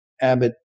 Abbott